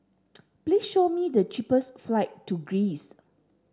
please show me the cheapest flight to Greece